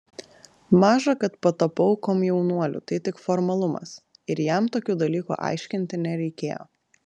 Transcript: maža kad patapau komjaunuoliu tai tik formalumas ir jam tokių dalykų aiškinti nereikėjo